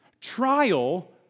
Trial